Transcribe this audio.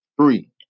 Three